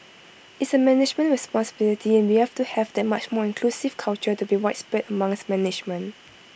it's A management responsibility and we have to have that much more inclusive culture to be widespread amongst management